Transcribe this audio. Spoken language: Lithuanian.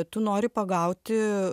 tu nori pagauti